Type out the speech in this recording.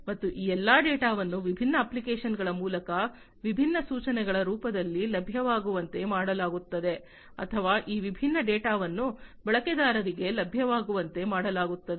ಮತ್ತು ಈ ಎಲ್ಲಾ ಡೇಟಾವನ್ನು ವಿಭಿನ್ನ ಅಪ್ಲಿಕೇಶನ್ಗಳ ಮೂಲಕ ವಿಭಿನ್ನ ಸೂಚನೆಗಳ ರೂಪದಲ್ಲಿ ಲಭ್ಯವಾಗುವಂತೆ ಮಾಡಲಾಗುತ್ತದೆ ಅಥವಾ ಈ ವಿಭಿನ್ನ ಡೇಟಾವನ್ನು ಬಳಕೆದಾರರಿಗೆ ಲಭ್ಯವಾಗುವಂತೆ ಮಾಡಲಾಗುತ್ತದೆ